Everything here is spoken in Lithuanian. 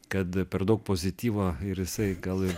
kad per daug pozityvo ir jisai gal ir